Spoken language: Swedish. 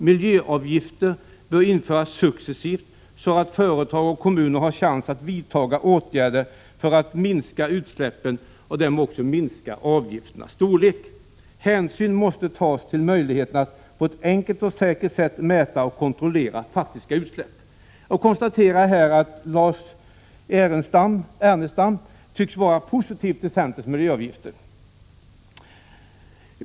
Miljöavgifter bör införas successivt, så att företag och kommuner har en chans att vidtaga åtgärder för att minska utsläppen och därmed också minska avgifternas storlek. Hänsyn måste tas till möjligheterna att på ett enkelt och säkert sätt mäta och kontrollera de faktiska utsläppen. Jag konstaterar att Lars Ernestam tycks vara positiv till centerns förslag om miljöavgifter.